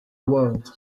world